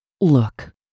Look